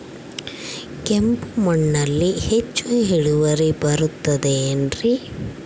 ಕೆಂಪು ಮಣ್ಣಲ್ಲಿ ಹೆಚ್ಚು ಇಳುವರಿ ಬರುತ್ತದೆ ಏನ್ರಿ?